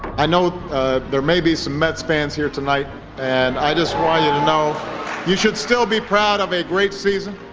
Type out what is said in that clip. i know there may be some mets fans here tonight and i just want you to know you should still be proud of a great season,